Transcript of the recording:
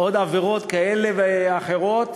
עבירות כאלה ואחרות.